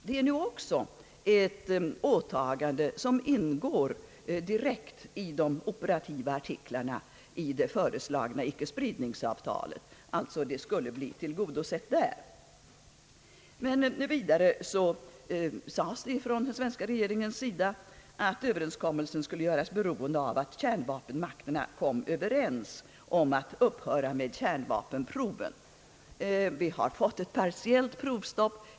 Detta är också ett åtagande som ingår i de operativa artiklarna i det föreslagna icke-spridningsavtalet. Den delen av våra »villkor» skulle alltså bli direkt tillgodosedda där. Vidare sades det från den svenska regeringens sida att överenskommelsen skulle göras beroende av att kärnvapenmakterna kom överens om att upphöra med kärnvapenproven. Vi har fått ett partiellt provstopp.